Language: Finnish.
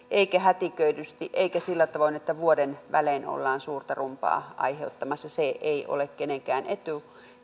eikä hätiköidysti eikä sillä tavoin että vuoden välein ollaan suurta rumbaa aiheuttamassa se ei ole kenenkään etu